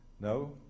no